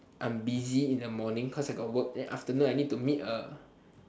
I'm busy in the morning cause I got work then afternoon I need to meet a